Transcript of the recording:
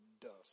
dust